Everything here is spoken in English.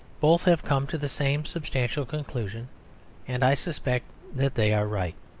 both have come to the same substantial conclusion and i suspect that they are right.